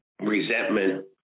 resentment